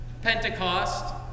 Pentecost